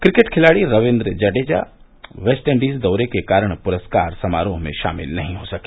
cricket खिलाड़ी Ravindra Jadeja West Indies दौरे के कारण पुरस्कार समारोह में शामिल नहीं हो सके